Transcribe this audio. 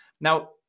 Now